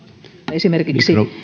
esimerkiksi